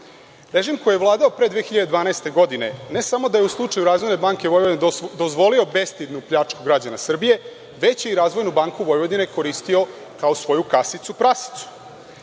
Režim koji je vladao pre 2012. godine ne samo da je u slučaju Razvojne banke Vojvodine dozvolio bestidnu pljačku građana Srbije, već je i Razvojnu banku Vojvodine koristio kao svoju kasicu prasicu. Tako